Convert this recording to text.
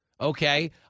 okay